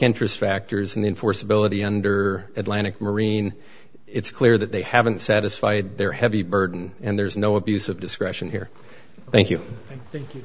interest factors in the enforceability under atlantic marine it's clear that they haven't satisfied their heavy burden and there's no abuse of discretion here thank you thank you